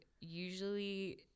usually